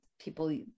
people